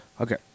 Okay